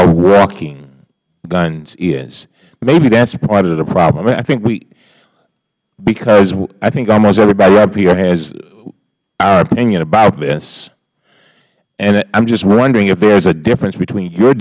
of walking guns is maybe that's part of the problem i think we because i think almost everybody up here has our opinion about this and i'm just wondering if there's a difference between your